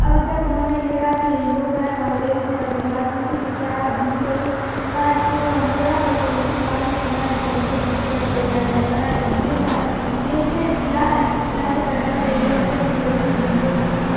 اب جب انہوں نے یہ کہا کہ یہ ہندوؤں کا ہے تو انگریز نے اگلی بات پوچھی کہ کیا اب ہندو لوگ اس کے اوپر مندر بنا سکتے ہیں مفتی صاحب نے فرمایا جب ملکیت ان کی ہے تو وہ چاہے گھر بنائیں یا مندر بنائیں یہ ان کے اختیار ہے چنانچہ فیصلہ دے دیا گیا کہ یہ زمین ہندوؤں کی ہے